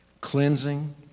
Cleansing